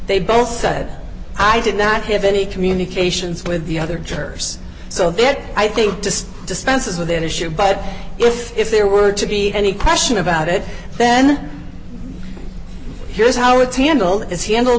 they both said i did not have any communications with the other jurors so it i think to dispense with an issue but if if there were to be any question about it then here's how it's handled is he handled